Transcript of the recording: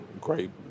great